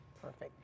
Perfect